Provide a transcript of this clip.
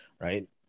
Right